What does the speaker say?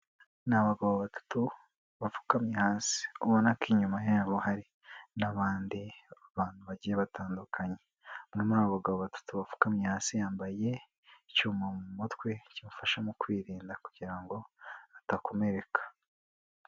Ni abagabo batatu bapfukamye hasi, ubona ko inyuma yabo hari n'abandi bantu bagiye batandukanye. Umwe muri abo bagabo batatu bapfukamye hasi yambaye icyuma mu mutwe kibafasha mu kwirinda kugira ngo adakomereka.